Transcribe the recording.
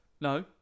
No